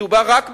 מדובר רק בערים,